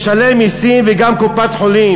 / לשלם מסים וגם קופת-חולים.